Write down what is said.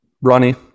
Ronnie